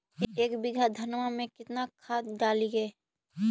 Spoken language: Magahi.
एक बीघा धन्मा में केतना खाद डालिए?